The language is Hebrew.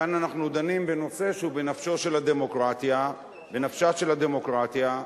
כאן אנחנו דנים בנושא שהוא בנפשה של הדמוקרטיה,